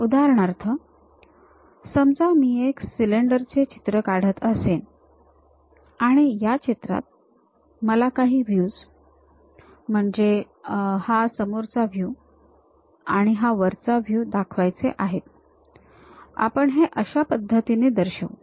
उदाहरणार्थ समजा मी एक सिलेंडर चे चित्र काढत असेन आणि या चित्रात मला काही व्ह्यूज म्हणजे हा समोरचा व्हयू आणि हा वरचा व्हयू दाखवायचे आहेत आपण हे अशा पद्धतीने दर्शवू